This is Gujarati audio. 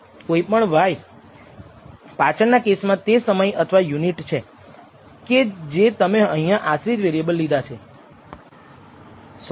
આપણે પૂછવા માંગીએ છીએ કે ઇન્ટરસેપ્ટ ટર્મ નોંધપાત્ર હોવી જોઈએ